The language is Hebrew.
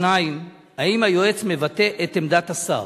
האם היועץ מבטא את עמדת השר?